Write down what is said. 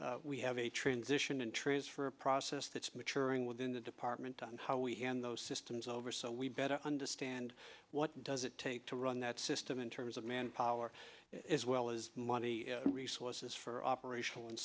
we have a transition and transfer a process that's maturing within the department on how we hand those systems over so we better understand what does it take to run that system in terms of manpower as well as money resources for operational and